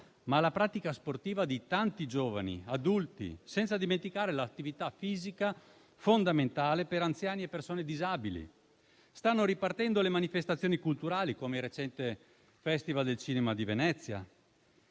alla pratica sportiva di tanti giovani e adulti, senza dimenticare l'attività fisica fondamentale per anziani e persone disabili. Stanno ripartendo le manifestazioni culturali, come la recente Mostra internazionale